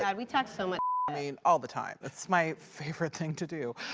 and we talk so much i mean all the time. it's my favorite thing to do.